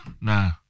Nah